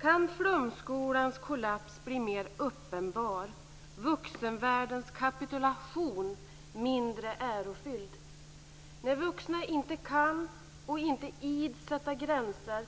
Kan flumskolans kollaps bli mer uppenbar, vuxenvärldens kapitulation mindre ärofylld? När vuxna inte kan och inte ids sätta gränser